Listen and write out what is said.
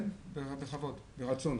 כן, בכבוד, ברצון.